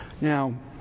Now